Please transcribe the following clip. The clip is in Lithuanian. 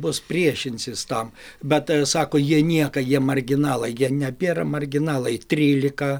bus priešinsis tam bet sako jie nieka jie marginalai jie nebėra marginalai trylika